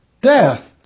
death